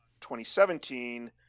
2017